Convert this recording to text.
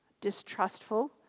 distrustful